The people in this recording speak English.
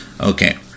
Okay